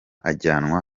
ajyanwa